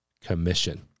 Commission